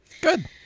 Good